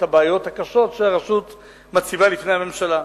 הבעיות הקשות שהרשות מציבה בפני הממשלה,